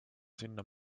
sinna